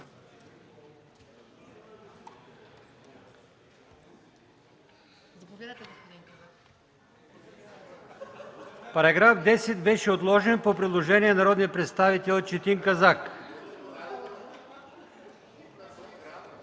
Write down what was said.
Параграф 10 беше отложен по предложение на народния представител Четин Казак.